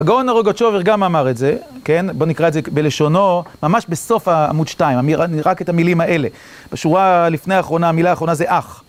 הגאון הרוגוצ'ובר גם אמר את זה, כן? בוא נקרא את זה בלשונו, ממש בסוף העמוד שתיים, רק את המילים האלה. בשורה לפני האחרונה, המילה האחרונה זה אח.